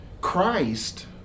Christ